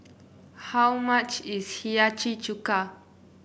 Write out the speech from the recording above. how much is Hiyashi Chuka